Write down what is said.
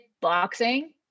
boxing